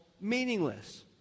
meaningless